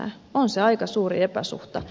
on se aika suuri epäsuhta